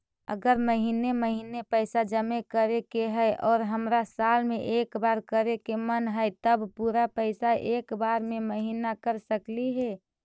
अगर महिने महिने पैसा जमा करे के है और हमरा साल में एक बार करे के मन हैं तब पुरा पैसा एक बार में महिना कर सकली हे?